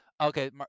Okay